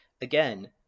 Again